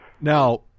Now